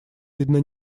видно